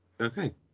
Okay